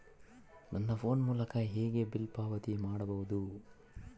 ನನ್ನ ಫೋನ್ ಮೂಲಕ ಹೇಗೆ ಬಿಲ್ ಪಾವತಿ ಮಾಡಬಹುದು?